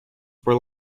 were